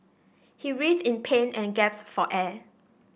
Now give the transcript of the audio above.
he writhed in pain and gasped for air